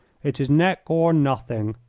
it is neck or nothing.